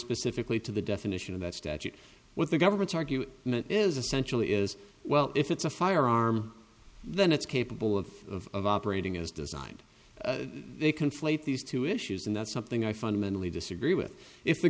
specifically to the definition of that statute what the government's argue is essentially is well if it's a firearm then it's capable of operating as designed they conflate these two issues and that's something i fundamentally disagree with if the